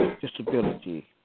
disability